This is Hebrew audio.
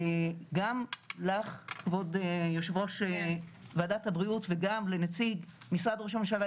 גם לך כבוד יו"ר ועדת הבריאות וגם לנציג משרד ראש הממשלה,